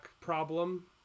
problem